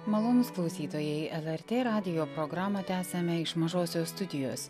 malonūs klausytojai lrt radijo programą tęsiame iš mažosios studijos